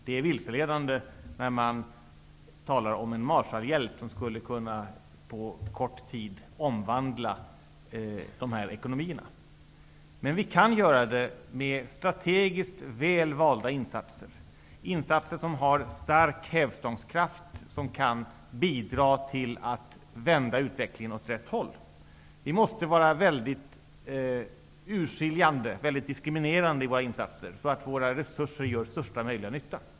Det är vilseledande när man talar om en Marshallhjälp som skulle kunna på kort tid omvandla dessa ekonomier. Men vi kan göra det med strategiskt väl valda insatser som har en stark hävningskraft och som kan bidra till att vända utvecklingen åt rätt håll. Vi måste vara mycket urskiljande och diskriminerande med våra insatser så att våra resurser gör största möjliga nytta.